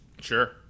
Sure